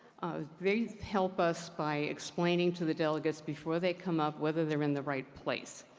they help us by explain ing to the delegates before they come up whether they're in the right place.